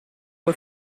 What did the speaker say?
fue